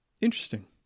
Interesting